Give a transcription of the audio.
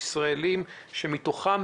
ישראלים; שמתוכם,